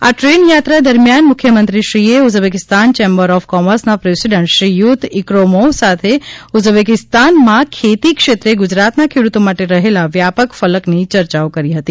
આ ટ્રેન યાત્રા દરમિયાન મુખ્યમંત્રીશ્રીએ ઉઝબેકિસ્તાન ચેમ્બર ઓફ કોમર્સના પ્રેસિડન્ટ શ્રીયુત ઇક્રોમોવ સાથે ઉઝબેકિસ્તાનમાં ખેતી ક્ષેત્રે ગુજરાતના ખેડૂતો માટે રહેલા વ્યાપક ફલકની ચર્ચાઓ કરી હતી